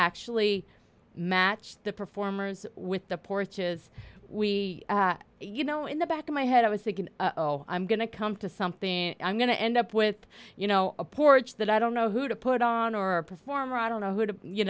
actually match the performers with the porches we you know in the back of my head i was thinking oh i'm going to come to something i'm going to end up with you know a porch that i don't know who to put on or perform or i don't know who to you